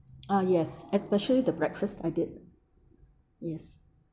ah yes especially the breakfast I did yes